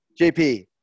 JP